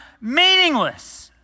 Meaningless